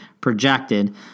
projected